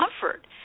comfort